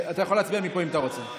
אתה יכול להצביע מפה, אם אתה רוצה.